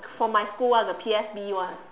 for my school [one] the P_S_B one